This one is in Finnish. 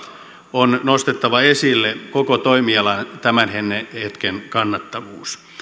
on nostettava esille koko toimialan tämän hetken kannattavuus